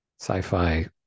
sci-fi